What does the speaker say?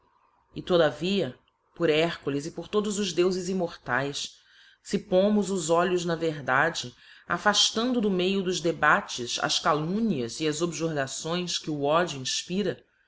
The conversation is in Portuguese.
e todavia por hercules e por todos os deufes immortaes i fe pomos os olhos na verdade affaftando do meio dos debates as calumnias c as objurgações